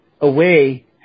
away